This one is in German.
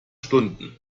stunden